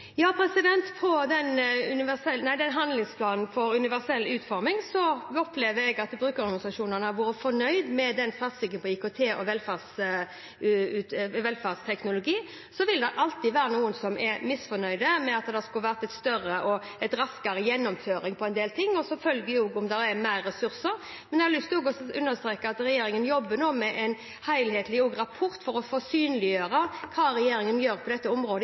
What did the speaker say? handlingsplanen for universell utforming, opplever jeg at brukerorganisasjonene har vært fornøyd med satsingen på IKT og velferdsteknologi. Det vil alltid være noen som er misfornøyde, at den skulle vært større, at det skulle vært raskere gjennomføring av en del ting, og selvfølgelig at det skulle vært flere ressurser. Men jeg har lyst å understreke at regjeringen nå jobber med en helhetlig rapport for å synliggjøre hva regjeringen gjør på dette området,